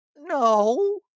no